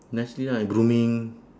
nicely lah grooming